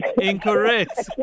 Incorrect